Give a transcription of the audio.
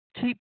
keep